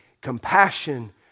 Compassion